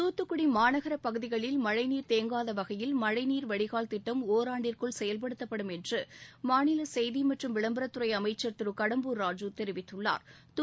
தூத்துக்குடி மாநகர பகுதிகளில் மழழநீர் தேங்காத வகையில் மழைநீர் வடிகால் திட்டம் ஒராண்டிற்குள் செயல்படுத்தப்படும் என்று செய்தி மற்றும் விளம்பரத் துறை அமைச்சா் திரு கடம்பூர் ராஜூ தெரிவித்துள்ளா்